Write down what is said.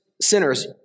sinners